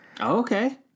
Okay